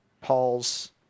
Paul's